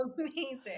amazing